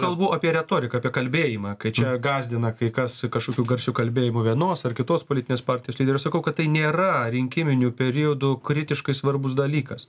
kalbu apie retoriką apie kalbėjimą kai čia gąsdina kai kas kažkokiu garsiu kalbėjimu vienos ar kitos politinės partijos lyderio sakau kad tai nėra rinkiminiu periodu kritiškai svarbus dalykas